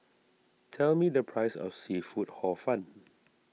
tell me the price of Seafood Hor Fun